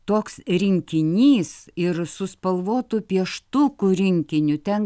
toks rinkinys ir su spalvotų pieštukų rinkiniu ten